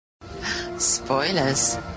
Spoilers